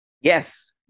yes